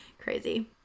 Crazy